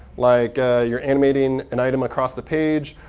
like you're animating an item across the page,